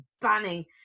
banning